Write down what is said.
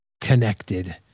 connected